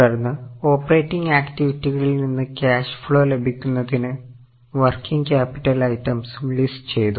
തുടർന്ന് ഓപ്പറേറ്റിങ് ആക്റ്റിവിറ്റികളിൽ നിന്ന് ക്യാഷ് ഫ്ലോ ലഭിക്കുന്നതിന് വർക്കിങ് ക്യാപിറ്റൽ ഐറ്റംസും ലിസ്റ്റ് ചെയ്തു